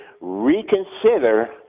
reconsider